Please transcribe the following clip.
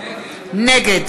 נגד